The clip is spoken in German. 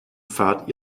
pfad